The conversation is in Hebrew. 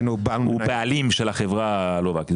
הוא בעלים של החברה הלווה.